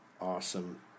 Awesome